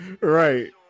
Right